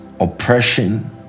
oppression